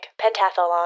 pentathlon